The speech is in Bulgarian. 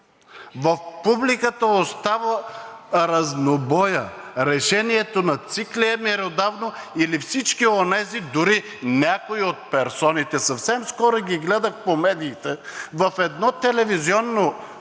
в публиката остава разнобоят – решението на ЦИК ли е меродавно, или всички онези, дори някои от персоните – съвсем скоро ги гледах по медиите, в едно телевизионно